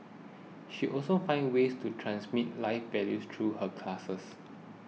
she also finds ways to transmit life values through her classes